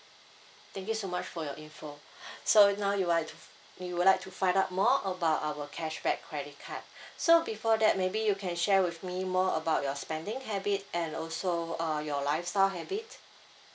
thank you so much for your info so now you want you would like to find out more about our cashback credit card so before that maybe you can share with me more about your spending habit and also err your lifestyle habit